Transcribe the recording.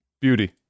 Beauty